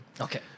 Okay